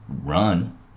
run